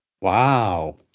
Wow